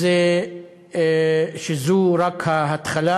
שזו רק ההתחלה.